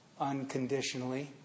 unconditionally